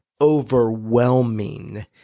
overwhelming